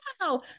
wow